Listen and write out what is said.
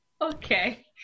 Okay